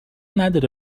نداره